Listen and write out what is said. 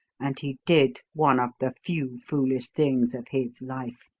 and he did one of the few foolish things of his life.